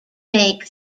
make